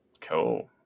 Cool